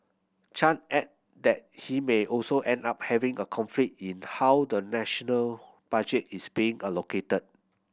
Chan add that we may also end up having a conflict in how the national budget is being allocated